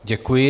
Děkuji.